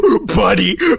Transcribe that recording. Buddy